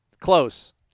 close